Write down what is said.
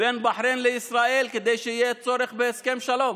בין בחריין לישראל כדי שיהיה צורך בהסכם שלום.